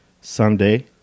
Sunday